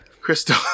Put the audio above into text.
Crystal